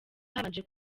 habanje